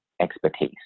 expertise